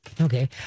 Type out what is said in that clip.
okay